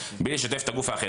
בלי לשתף את הגוף האחר.